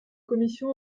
commission